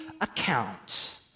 account